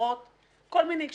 למרות כל מיני כשלים,